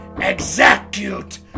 execute